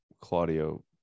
Claudio